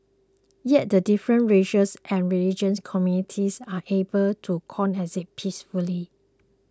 yet the different racial and religious communities are able to coexist peacefully